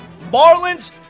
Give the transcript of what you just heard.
Marlins